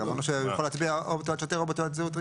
אני אומר, ההסדר בכנסת, לפני שהרחיבו אותו.